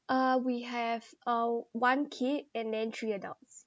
uh we have uh one kid and then three adults